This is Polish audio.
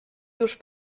już